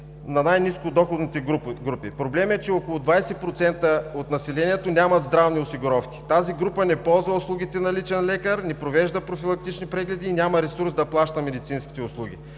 на най-нискодоходните групи. Проблем е, че около 20% от населението нямат здравни осигуровки. Тази група не ползва услугите на личен лекар, не провежда профилактични прегледи и няма ресурс да плаща медицинските услуги.